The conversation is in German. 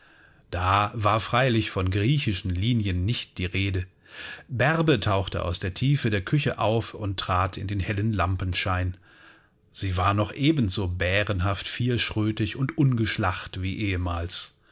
da war freilich von griechischen linien nicht die rede bärbe tauchte aus der tiefe der küche auf und trat in den hellen lampenschein sie war noch ebenso bärenhaft vierschrötig und ungeschlacht wie ehemals